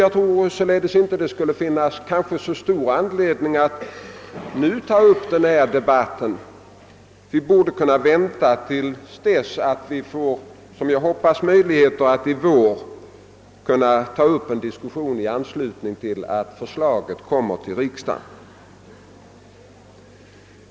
Jag tror därför inte att det finns så stor anledning att nu ta upp en debatt om samordningen. Vi borde kunna vänta till dess att vi, som jag hoppas, i vår får möjlighet att ta upp en diskussion i anslutning till att förslaget kommer till riksdagen.